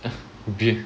a b